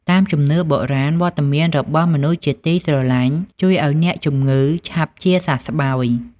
តាមជំនឿបុរាណ វត្តមានរបស់មនុស្សជាទីស្រឡាញ់ជួយឱ្យអ្នកជំងឺឆាប់ជាសះស្បើយ។